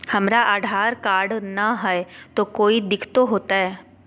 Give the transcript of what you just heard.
हमरा आधार कार्ड न हय, तो कोइ दिकतो हो तय?